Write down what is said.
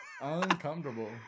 Uncomfortable